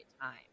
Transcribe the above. time